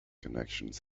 connections